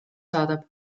saadab